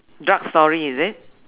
dark story is it